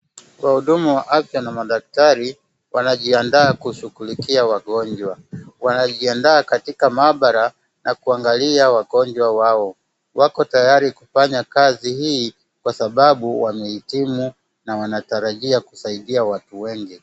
Wahudumu wa afya na madaktari wanajiadaa kushughulikia wagonjwa. Wanajiadaa katika mahabara na kuangalia wagonjwa wao. Wako tayari kufanya kazi hii kwa sababu wamehitimu na wanatarajia kusaidia watu wengi.